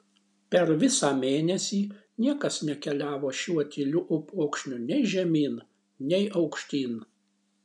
per visą mėnesį niekas nekeliavo šiuo tyliu upokšniu nei žemyn nei aukštyn